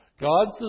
God's